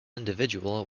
individual